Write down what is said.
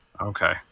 okay